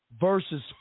versus